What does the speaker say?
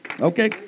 Okay